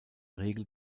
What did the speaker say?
regel